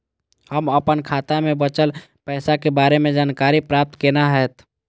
हम अपन खाता में बचल पैसा के बारे में जानकारी प्राप्त केना हैत?